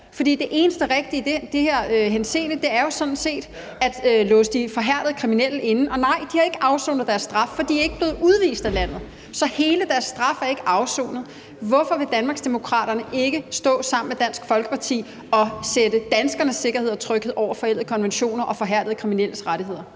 det eneste rigtige i den her henseende er jo sådan set at låse de forhærdede kriminelle inde. Og nej, de har ikke afsonet deres straf, for de er ikke blevet udvist af landet. Så hele deres straf er ikke afsonet. Hvorfor vil Danmarksdemokraterne ikke stå sammen med Dansk Folkeparti og sætte danskernes sikkerhed og tryghed over forældede konventioner og forhærdede kriminelles rettigheder?